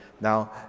Now